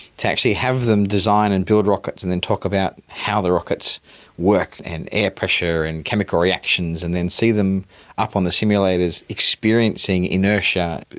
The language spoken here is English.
to actually have them design and build rockets and then talk about how the rockets work and air pressure and chemical reactions and then see them up on the simulators experiencing inertia,